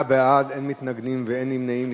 שמונה בעד, אין מתנגדים ואין נמנעים.